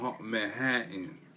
Manhattan